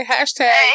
Hashtag